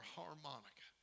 harmonica